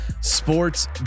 sports